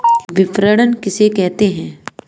विपणन किसे कहते हैं?